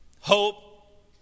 hope